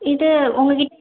இது உங்கள்கிட்ட